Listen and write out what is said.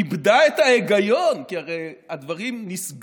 איבדה את ההיגיון, כי הרי הדברים נשגבים,